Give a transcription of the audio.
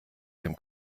dem